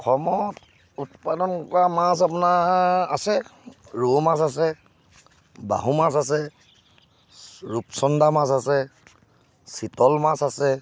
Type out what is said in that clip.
অসমত উৎপাদন কৰা মাছ আপোনাৰ আছে ৰৌ মাছ আছে বাহু মাছ আছে ৰূপচন্দা মাছ আছে চিতল মাছ আছে